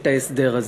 את ההסדר הזה.